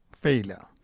failure